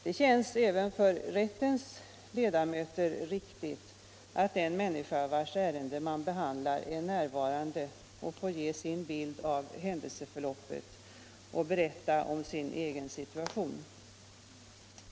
Det känns även för rättens ledamöter riktigt att den människa vars ärende man behandlar är närvarande och får ge sin bild av händelseförloppet och berätta om sin egen situation.